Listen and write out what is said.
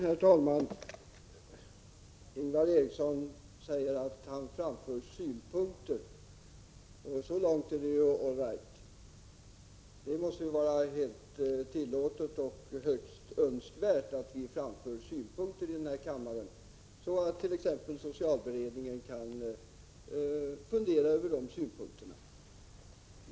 Herr talman! Ingvar Eriksson säger att han framför synpunkter. Så långt är det väl all right. Det måste vara helt tillåtet och högst önskvärt att vi framför synpunkter i denna kammare, så att t.ex. socialberedningen kan fundera över dem.